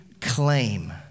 claim